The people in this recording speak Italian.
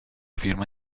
firma